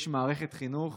יש מערכת חינוך